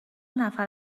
نفر